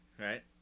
Right